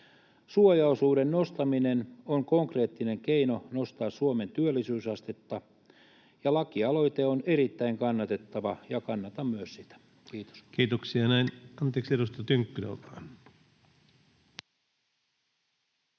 Suojaosuuden nostaminen on konkreettinen keino nostaa Suomen työllisyysastetta. Lakialoite on erittäin kannatettava, ja kannatan myös sitä. — Kiitos. [Speech 250] Speaker: